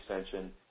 extension